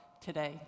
today